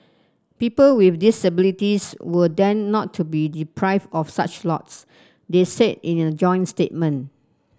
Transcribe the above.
people with disabilities will then not be deprived of such lots they said in a joint statement